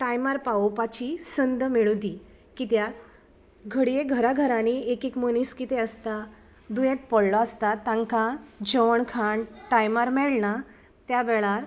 टायमार पावोपाची संद मेळूं दी कित्याक घडये घरां घरांनी एक एक मनीस कितें आसता दुयेंत पडलो आसता तांकां जेवण खाण टायमार मेळना त्या वेळार